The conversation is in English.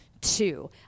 Two